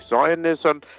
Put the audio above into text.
Zionism